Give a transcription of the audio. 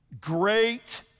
Great